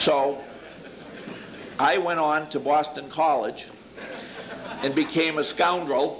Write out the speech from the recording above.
so i went on to boston college and became a scoundrel